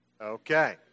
Okay